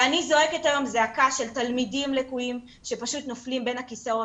ואני זועקת היום זעקה של תלמידים לקויים שפשוט נופלים בין הכיסאות.